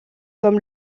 comme